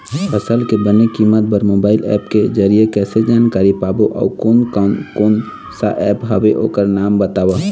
फसल के बने कीमत बर मोबाइल ऐप के जरिए कैसे जानकारी पाबो अउ कोन कौन कोन सा ऐप हवे ओकर नाम बताव?